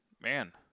man